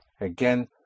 again